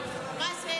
אנחנו כבר מאבדים.